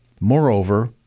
Moreover